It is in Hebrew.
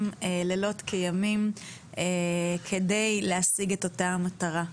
לילות כימים כדי להשיג את אותה המטרה.